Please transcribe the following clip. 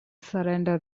surrender